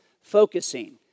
focusing